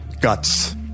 guts